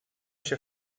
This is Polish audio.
się